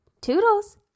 Toodles